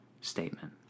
statement